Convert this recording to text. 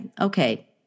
okay